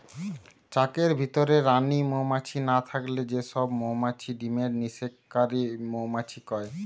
চাকের ভিতরে রানী মউমাছি না থাকলে যে সব মউমাছি ডিমের নিষেক কারি মউমাছি কয়